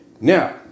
Now